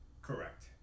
Correct